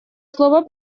слово